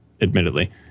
admittedly